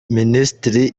minisitiri